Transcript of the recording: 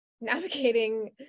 navigating